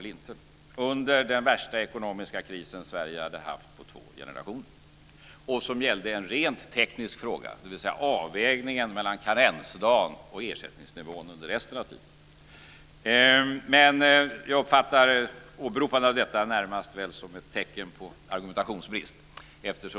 Detta var under den värsta ekonomiska kris som Sverige hade haft på två generationer. Det gällde alltså en rent teknisk fråga, dvs. avvägningen mellan karensdag och ersättningsnivån under resten av tiden. Men jag åberopar detta närmast som ett tecken på argumentationsbrist.